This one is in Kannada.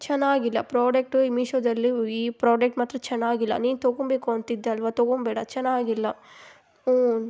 ಚೆನ್ನಾಗಿಲ್ಲ ಪ್ರೋಡಕ್ಟು ಈ ಮೀಶೋದಲ್ಲಿ ಈ ಪ್ರೋಡಕ್ಟ್ ಮಾತ್ರ ಚೆನ್ನಾಗಿಲ್ಲ ನೀನು ತಗೊಬೇಕು ಅಂತಿದ್ದೆ ಅಲ್ವ ತಗೊಬೇಡ ಚೆನ್ನಾಗಿಲ್ಲ ಹ್ಞೂ